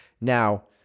now